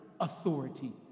authority